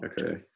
Okay